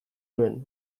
nuen